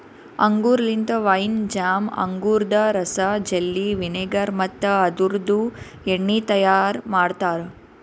ಅಂಗೂರ್ ಲಿಂತ wine, jam, ಅಂಗೂರದ ರಸ, ಜೆಲ್ಲಿ, ವಿನೆಗರ್ ಮತ್ತ ಅದುರ್ದು ಎಣ್ಣಿ ತೈಯಾರ್ ಮಾಡ್ತಾರ